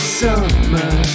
summer